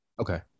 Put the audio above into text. Okay